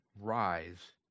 rise